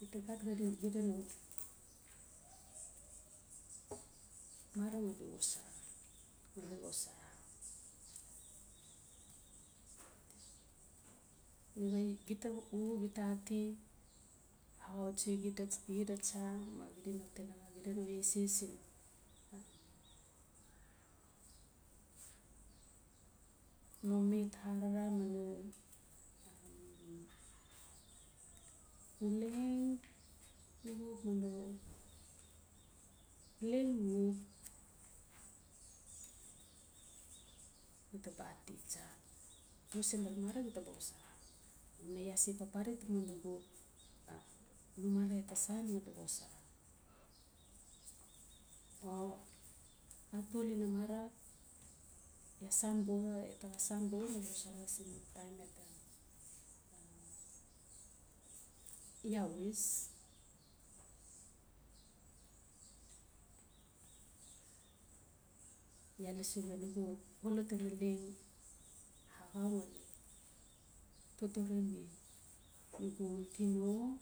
Gita gat xid xida no marang ngali xosora. Nawe gita xuxuk gita ati axautsi xida tsa ma xida no tinaxa, xida no eses, siin no met arara ma no uleng xuxuk ma no leng xuxuk, gita ba ati tsa no sen mat mara gita ba xosora. Amale iaa se papare taman nugu no mara iaa ta san ngali xosara. O atul ina mara laa san buxax iaa ta xaa san buxa ngali xosara siin taim iaa ta iawis, iaa lasi we nugu untino,